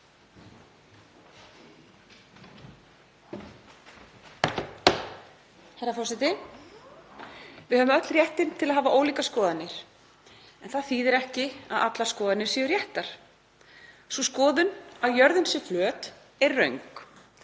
Herra forseti. Við höfum öll réttinn til að hafa ólíkar skoðanir en það þýðir ekki að allar skoðanir séu réttar. Sú skoðun að jörðin sé flöt er röng.